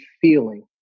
feeling